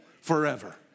forever